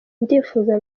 ndifuza